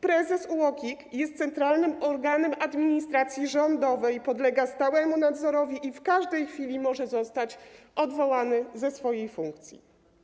Prezes UOKiK jest centralnym organem administracji rządowej i podlega stałemu nadzorowi i w każdej chwili może zostać odwołany ze swojej funkcji.